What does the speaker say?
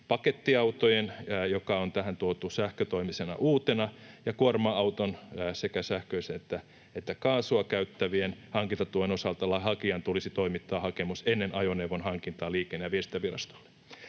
Pakettiautojen, jotka on tähän sähkötoimisina tuotu uutena, ja kuorma-autojen, sekä sähköisten että kaasua käyttävien, hankintatuen osalta hakijan tulisi toimittaa hakemus ennen ajoneuvon hankintaa Liikenne- ja viestintävirastoon.